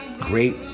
great